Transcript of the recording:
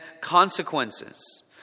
consequences